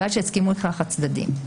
ובלבד שהסכימו לכך הצדדים.